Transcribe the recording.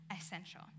essential